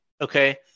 okay